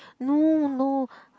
no no